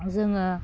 जोङो